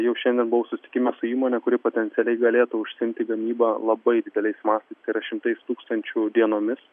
jau šiandien buvau susitikime su įmone kuri potencialiai galėtų užsiimti gamyba labai dideliais mastais yra šimtais tūkstančių dienomis